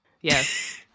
Yes